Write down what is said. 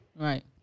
Right